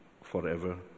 forever